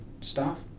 staff